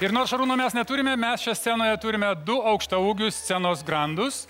ir nors šarūno mes neturime mes čia scenoje turime du aukštaūgius scenos grandus